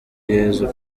yezu